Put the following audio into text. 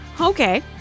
Okay